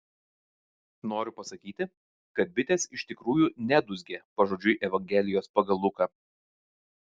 noriu pasakyti kad bitės iš tikrųjų nedūzgė pažodžiui evangelijos pagal luką